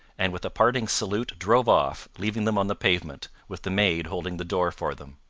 and with a parting salute drove off, leaving them on the pavement, with the maid holding the door for them.